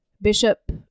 Bishop